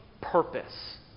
purpose